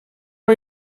are